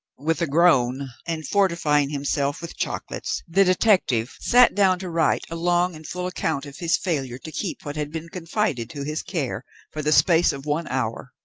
with a groan, and fortifying himself with chocolates, the detective sat down to write a long and full account of his failure to keep what had been confided to his care, for the space of one hour.